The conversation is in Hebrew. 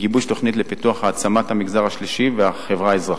גיבוש תוכנית לפיתוח ולהעצמת המגזר השלישי והחברה האזרחית,